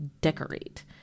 decorate